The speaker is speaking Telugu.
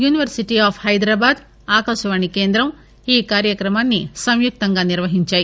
యూనివర్పిటీ ఆఫ్ హైదరాబాద్ ఆకాశవాణి కేంద్రం ఈ కార్యక్రమాన్ని సంయుక్తంగా నిర్వహించాయి